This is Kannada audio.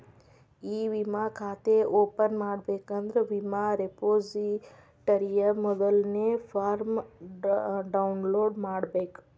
ಇ ವಿಮಾ ಖಾತೆ ಓಪನ್ ಮಾಡಬೇಕಂದ್ರ ವಿಮಾ ರೆಪೊಸಿಟರಿಯ ಮೊದಲ್ನೇ ಫಾರ್ಮ್ನ ಡೌನ್ಲೋಡ್ ಮಾಡ್ಬೇಕ